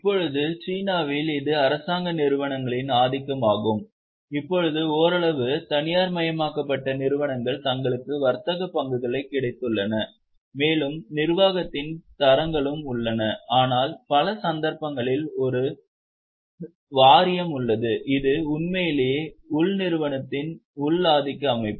இப்போது சீனாவில் இது அரசாங்க நிறுவனங்களின் ஆதிக்கம் ஆகும் இப்போது ஓரளவு தனியார்மயமாக்கப்பட்ட நிறுவனங்கள் தங்களுக்கு வர்த்தக பங்குகள் கிடைத்துள்ளன மேலும் நிர்வாகத்தின் தரங்களும் உள்ளன ஆனால் பல சந்தர்ப்பங்களில் ஒரு சண்டை வாரியம் உள்ளது இது உண்மையிலேயே உள் நிறுவனத்தின் உள் ஆதிக்க அமைப்பு